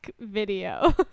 video